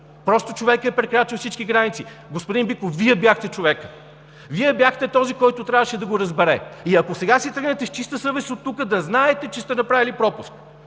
Просто човекът е прекрачил всички граници! Господин Биков, Вие бяхте човекът, Вие бяхте този, който трябваше да го разбере и, ако сега си тръгнете с чиста съвест оттук, да знаете, че сте направили пропуск.